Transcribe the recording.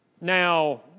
Now